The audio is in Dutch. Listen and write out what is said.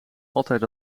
altijd